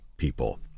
people